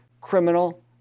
criminal